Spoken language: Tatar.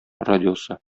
радиосы